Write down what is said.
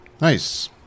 Nice